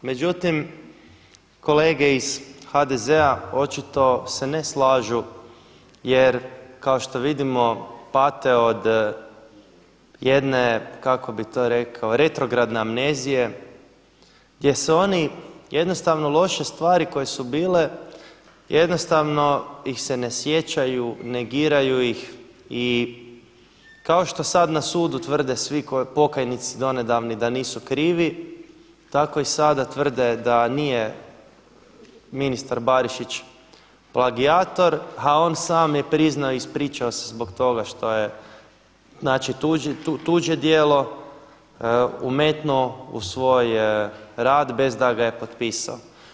Međutim, kolege iz HDZ-a očito se ne slažu jer kao što vidimo pate od jedne kako bih to rekao, retrogradne amnezije gdje su oni jednostavno loše stvari koje su bile jednostavno ih se ne sjećaju, negiraju ih i kao što sada na sudu tvrde svi pokajnici donedavni da nisu krivi, tako i sada tvrde da nije ministar Barišić plagijator, a on sam je priznao i ispričao se zbog toga što je znači tuđe djelo umetnuo u svoj rad bez da ga je potpisao.